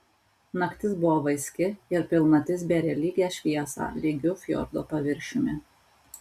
naktis buvo vaiski ir pilnatis bėrė lygią šviesą lygiu fjordo paviršiumi